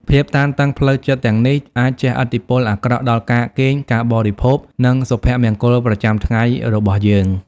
ភាពតានតឹងផ្លូវចិត្តទាំងនេះអាចជះឥទ្ធិពលអាក្រក់ដល់ការគេង ការបរិភោគ និងសុភមង្គលប្រចាំថ្ងៃរបស់យើង។